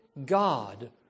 God